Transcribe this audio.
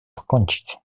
покончить